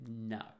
no